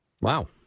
Wow